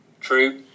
True